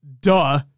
duh